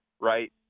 right